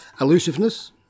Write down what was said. elusiveness